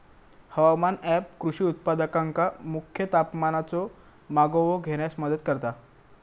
हवामान ऍप कृषी उत्पादकांका मुख्य तापमानाचो मागोवो घेण्यास मदत करता